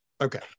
Okay